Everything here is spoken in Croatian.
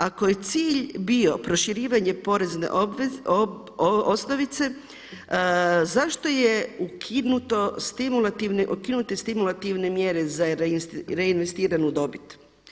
Ako je cilj bio proširivanje porezne osnovice, zašto je ukinuti stimulativne mjere za reinvestiranu dobit.